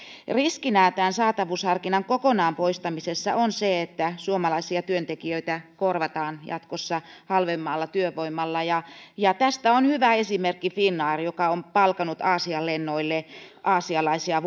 riskinä tämän saatavuusharkinnan kokonaan poistamisessa on se että suomalaisia työntekijöitä korvataan jatkossa halvemmalla työvoimalla tästä on hyvä esimerkki finnair joka on palkannut aasian lennoille aasialaista